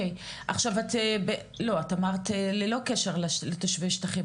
את אמרת ללא קשר לתושבי שטחים.